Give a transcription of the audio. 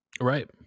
right